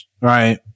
right